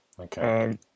okay